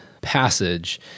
passage